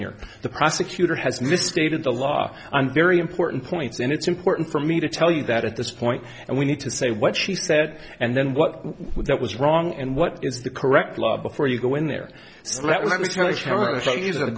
here the prosecutor has misstated the law and very important points and it's important for me to tell you that at this point and we need to say what she said and then what would that was wrong and what is the correct law before you go in there